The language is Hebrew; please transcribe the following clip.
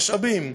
משאבים,